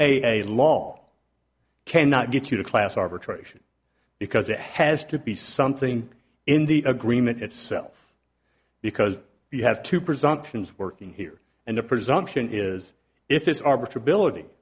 a law cannot get you to class arbitration because it has to be something in the agreement itself because you have to presumptions working here and the presumption is if it's arbi